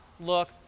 look